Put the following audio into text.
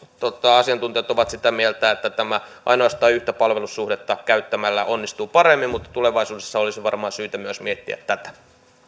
asiantuntijat ovat sitä mieltä että tämä ainoastaan yhtä palvelussuhdetta käyttämällä onnistuu paremmin mutta tulevaisuudessa olisi varmaan syytä myös miettiä tätä